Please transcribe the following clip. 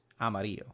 amarillo